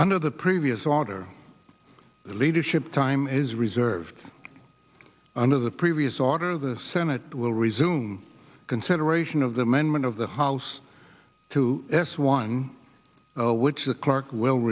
under the previous order the leadership time is reserved under the previous order the senate will resume consideration of the amendment of the house two s one zero which the clerk will